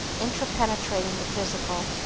interpenetrating the physical,